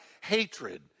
hatred